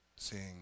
seeing